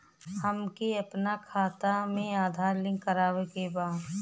हमके अपना खाता में आधार लिंक करावे के बा?